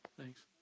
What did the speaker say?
Thanks